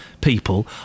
people